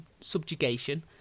subjugation